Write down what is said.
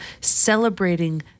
celebrating